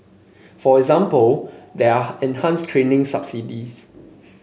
for example there are enhanced training subsidies